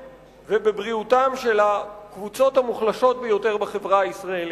ובבריאותן של הקבוצות המוחלשות ביותר בחברה הישראלית.